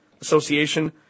Association